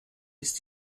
ist